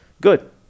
good